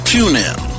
TuneIn